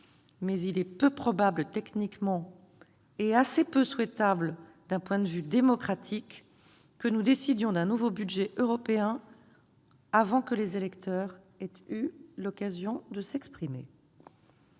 mais il est peu probable techniquement, et assez peu souhaitable d'un point de vue démocratique, que nous décidions d'un nouveau budget européen avant que les électeurs aient eu l'occasion de s'exprimer.